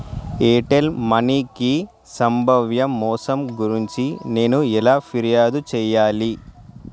Airtel మనీకి సంభావ్య మోసం గురించి నేను ఎలా ఫిర్యాదు చేయాలి